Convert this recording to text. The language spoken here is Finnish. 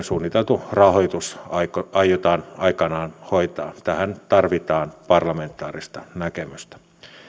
suunniteltu rahoitus aiotaan aikanaan hoitaa tähän tarvitaan parlamentaarista näkemystä